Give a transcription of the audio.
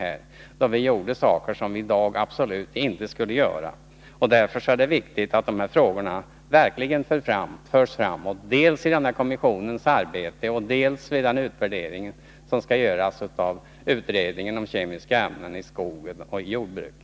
På den tiden gjorde vi saker som vi absolut inte skulle göra i dag. Således är det viktigt att de här frågorna verkligen förs fram dels i samband med kommissionens arbete, dels vid den utvärdering som skall göras av den utredning som arbetar med frågor om användningen av kemiska medel i jordoch skogsbruket.